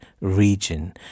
region